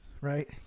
right